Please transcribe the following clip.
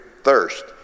Thirst